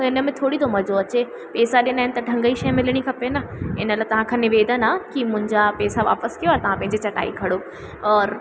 त हिन में थोरी थो मज़ो अचे पैसा ॾिना आहिनि त ढंग जी शइ मिलिणी खपे न इन लाइ तव्हांखां निवेदन आहे की मुंहिंजा पैसा वापसि कयो और तव्हां पंहिंजी चटाई खणो और